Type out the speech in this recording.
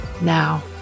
now